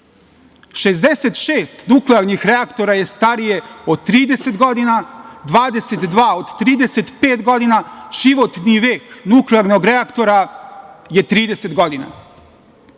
nuklearnih reaktora je starije od 30 godina, 22 od 35 godina, životni vek nuklearnog reaktora je 30 godina.